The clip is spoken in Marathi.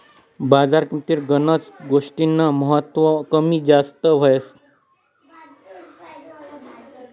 बजारन्या किंमतीस्वर गनच गोष्टीस्नं महत्व कमी जास्त व्हस